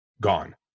gone